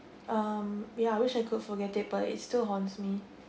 um yeah I wish I could forget that but it's still haunts me